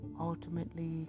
ultimately